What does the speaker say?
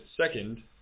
second